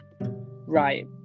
Right